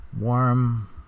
warm